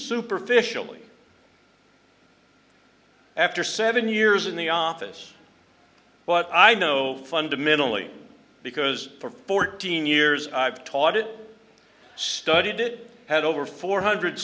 superficially after seven years in the office but i know fundamentally because for fourteen years i've taught it studied it had over four hundred